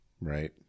right